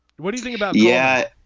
what do you think about yeah